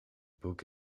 boek